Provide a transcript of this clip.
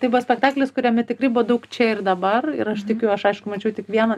tai buvo spektaklis kuriame tikrai buvo daug čia ir dabar ir aš tikiu aš aišku mačiau tik vieną